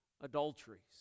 adulteries